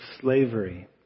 slavery